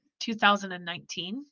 2019